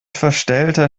verstellter